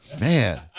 Man